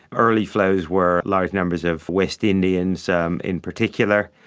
early flows were large numbers of west indians um in particular,